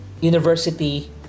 university